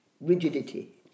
rigidity